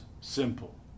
simple